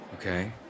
Okay